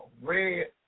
red